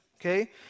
Okay